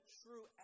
true